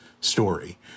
story